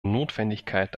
notwendigkeit